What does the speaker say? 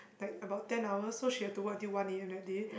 like about ten hours so she has to work until one a_m that day